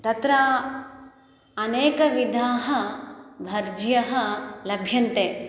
तत्र अनेकविधाः भर्ज्यः लभ्यन्ते